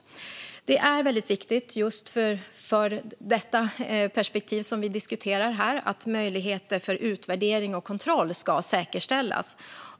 Det är väldigt viktigt för det perspektiv som vi här diskuterar att möjligheter för utvärdering och kontroll ska säkerställas.